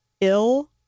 ill